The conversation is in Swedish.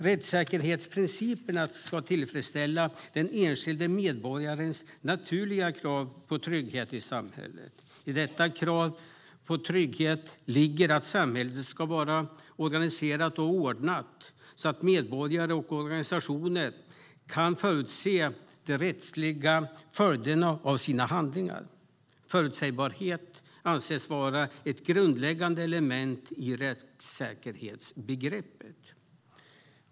Rättssäkerhetsprinciperna ska tillfredsställa den enskilde medborgarens naturliga krav på trygghet i samhället. I detta krav på trygghet ligger att samhället ska vara organiserat och ordnat så att medborgare och organisationer kan förutse de rättsliga följderna av sina handlingar. Förutsebarhet anses vara ett grundläggande element i rättssäkerhetsbegreppet.